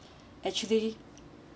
actually